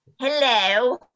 Hello